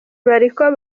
bariko